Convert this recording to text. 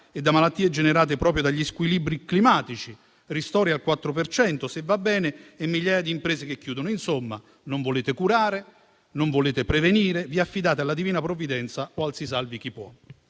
e da malattie generate proprio dagli squilibri climatici. I ristori, se va bene, sono pari al 4 per cento e migliaia di imprese chiudono. Insomma, non volete curare, non volete prevenire e vi affidate alla Divina Provvidenza o al "si salvi chi può".